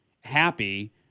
happy